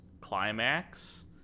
climax